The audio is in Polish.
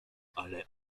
ale